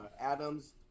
Adams